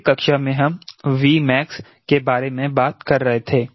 पिछली कक्षा में हम Vmax के बारे में बात कर रहे थे